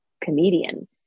comedian